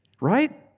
Right